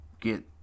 get